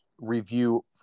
review